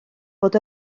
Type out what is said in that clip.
fod